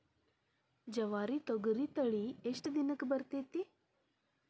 ಜವಾರಿ ತೊಗರಿ ತಳಿ ಎಷ್ಟ ದಿನಕ್ಕ ಬರತೈತ್ರಿ?